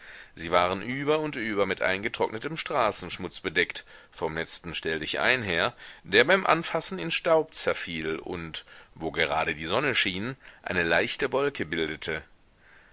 sie waren über und über mit eingetrocknetem straßenschmutz bedeckt vom letzten stelldichein her der beim anfassen in staub zerfiel und wo gerade die sonne schien eine leichte wolke bildete